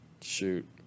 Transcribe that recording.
shoot